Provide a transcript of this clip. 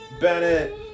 Bennett